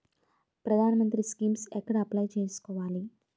ప్రధాన మంత్రి స్కీమ్స్ ఎక్కడ అప్లయ్ చేసుకోవాలి?